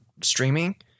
streaming